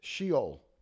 Sheol